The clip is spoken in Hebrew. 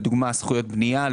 זכויות בנייה,